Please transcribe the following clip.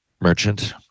Merchant